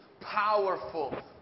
powerful